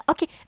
Okay